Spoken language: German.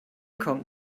kommt